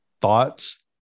thoughts